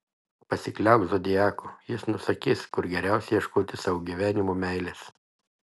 pasikliauk zodiaku jis nusakys kur geriausia ieškoti savo gyvenimo meilės